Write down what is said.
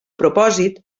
propòsit